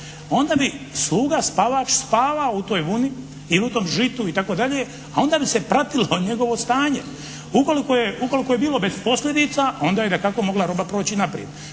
Onda bi sluga spavač spavao u toj vuni i u tom žitu itd. a onda bi se pratilo njegovo stanje. Ukoliko je bilo bez posljedica onda je dakako roba mogla proći naprijed.